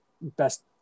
best